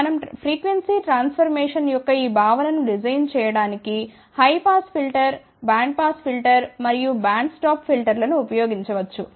మనం frequency transformation యొక్క ఈ భావనను డిజైన్ చేయడానికి high pass filter band pass filter మరియు బ్యాండ్ స్టాప్ ఫిల్టర్లను ఉపయోగించవచ్చు